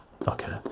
Okay